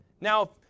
Now